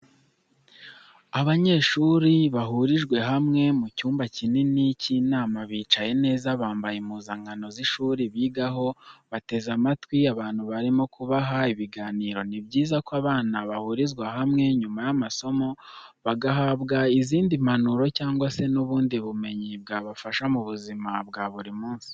Abanyeshuri bahurijwe hamwe mu cyumba kinini cy'inama bicaye neza bambaye impuzankano z'ishuri bigaho, bateze amatwi abantu barimo kubaha ibiganiro, ni byiza ko abana bahurizwa hamwe nyuma y'amasomo bagahabwa izindi mpanuro cyangwa se n'ubundi bumenyi bwabafasha mu buzima bwa buri munsi.